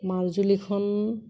মাজুলীখন